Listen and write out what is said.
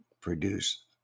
produce